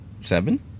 Seven